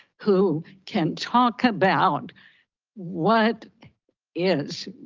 who can talk about what is,